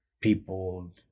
people